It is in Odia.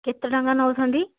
କେତେ ଟଙ୍କା ନେଉଛନ୍ତି